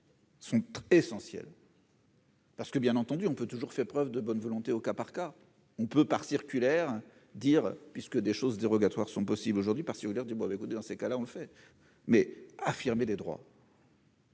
Sont essentiels. Parce que, bien entendu, on peut toujours fait preuve de bonne volonté au cas par cas, on peut, par circulaire dire puisque des choses dérogatoire sont possibles aujourd'hui par du mauvais côté, dans ces cas-là, on le fait mais affirmer des droits.